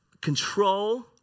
control